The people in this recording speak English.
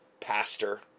pastor